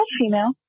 female